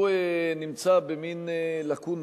הוא נמצא במין לקונה,